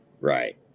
Right